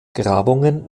grabungen